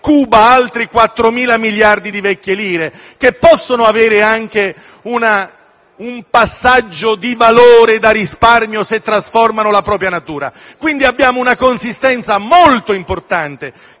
cuba altri 4.000 miliardi di vecchie lire, che possono avere anche un passaggio di valore da risparmio se trasformano la propria natura. Quindi abbiamo una consistenza molto importante,